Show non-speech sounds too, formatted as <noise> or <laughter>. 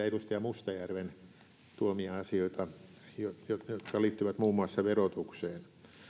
<unintelligible> edustaja mustajärven esille tuomia asioita jotka liittyvät muun muassa verotukseen